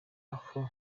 aho